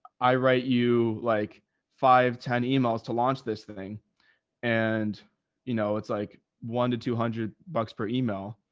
i write you like five, ten emails to launch this thing and you know, it's like one to two hundred bucks per email.